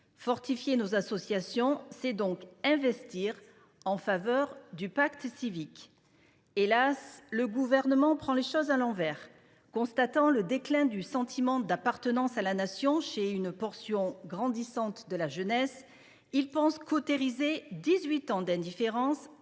Fortifier nos associations, c’est donc investir en faveur du pacte civique. Hélas ! le Gouvernement prend les choses à l’envers. Constatant le déclin du sentiment d’appartenance à la Nation chez une portion grandissante de la jeunesse, il pense cautériser dix huit ans d’indifférence en